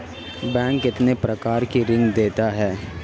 Bank कितने प्रकार के ऋण देता है?